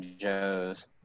Joe's